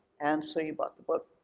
and so you bought the book.